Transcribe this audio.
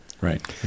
Right